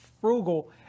frugal